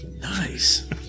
Nice